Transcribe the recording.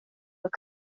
with